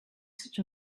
such